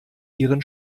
ihren